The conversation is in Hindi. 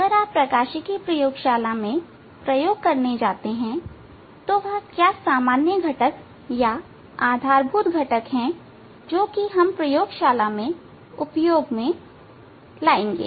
अगर आप प्रकाशिकी प्रयोगशाला में प्रयोग करने के लिए जाते हैंतो वह क्या सामान्य घटक या आधारभूत घटक है जो कि हम प्रकाशिकी प्रयोगशाला में उपयोग करेंगे